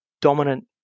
dominant